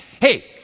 Hey